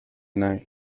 night